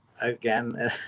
again